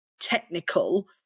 technical